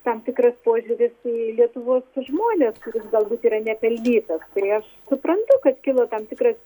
tam tikras požiūris į lietuvos žmones kuris galbūt yra nepelnytas tai aš suprantu kad kilo tam tikras